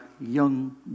young